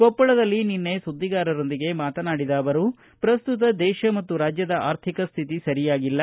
ಕೊಪ್ಪಳದಲ್ಲಿ ನಿನ್ನೆ ಸುದ್ದಿಗಾರರೊಂದಿಗೆ ಮಾತನಾಡಿದ ಅವರು ಪ್ರಸ್ತುತ ದೇಶ ಮತ್ತು ರಾಜ್ಯದ ಆರ್ಥಿಕ ಸ್ಹಿತಿ ಸರಿಯಾಗಿಲ್ಲ